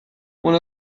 one